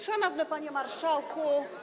Szanowny Panie Marszałku!